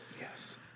Yes